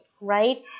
Right